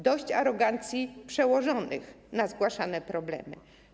Dość arogancji przełożonych na zgłaszane problemy.